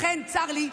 לכן, צר לי.